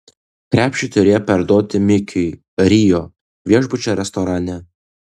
krepšį turėjo perduoti mikiui rio viešbučio restorane